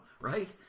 right